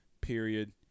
period